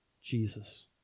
Jesus